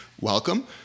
welcome